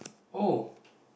oh